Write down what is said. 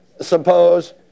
suppose